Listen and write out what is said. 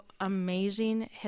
amazing